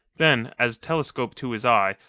then, as, telescope to his eye,